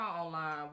online